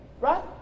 Right